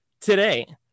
today